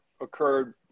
occurred